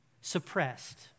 suppressed